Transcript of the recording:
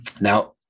Now